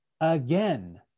again